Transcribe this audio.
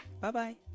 Bye-bye